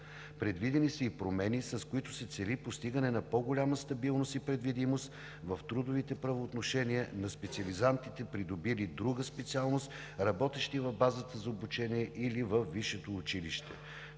Предвидени са и промени, с които се цели постигане на по-голяма стабилност и предвидимост в трудовите правоотношения на специализантите, придобили друга специалност, работещи в базата за обучение или във висшето училище.